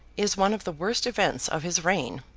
is one of the worst events of his reign.